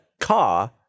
car